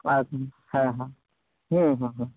আর হুম হ্যাঁ হ্যাঁ হুম হুম হুম